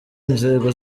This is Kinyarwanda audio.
inzego